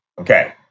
Okay